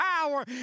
power